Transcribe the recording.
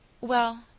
Well